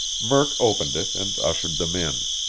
murk opened it and ushered them in.